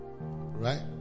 Right